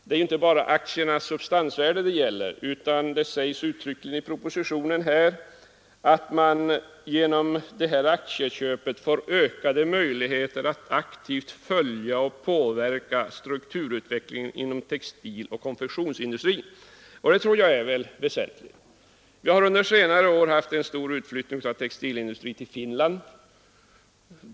Det är inte bara aktiernas substansvärde det gäller, utan det sägs uttryckligen i propositionen att man genom aktieköpen får ökade möjligheter att aktivt följa och påverka strukturutvecklingen inom textiloch konfektionsindustrin, och det tror jag är väsentligt. Vi har under senare år haft en stor utflyttning av textilindustri till Finland.